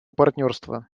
партнерства